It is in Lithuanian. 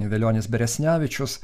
velionis beresnevičius